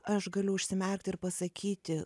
aš galiu užsimerkti ir pasakyti